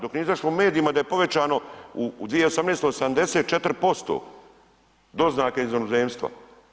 Dok nije izašlo u medijima da je povećano u 2018. 84% doznaka iz inozemstva.